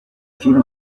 kim